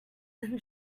then